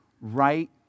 right